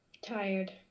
Tired